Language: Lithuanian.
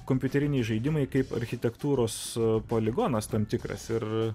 kompiuteriniai žaidimai kaip architektūros poligonas tam tikras ir